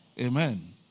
Amen